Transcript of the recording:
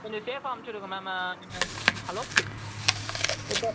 கொஞ்சம் சேஃபாக அனுப்ச்சிவிடுங்க மேம் நீங்கள் ஹலோ இப்போ